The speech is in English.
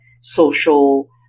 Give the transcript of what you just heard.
social